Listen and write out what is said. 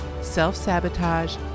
self-sabotage